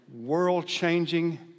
world-changing